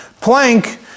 plank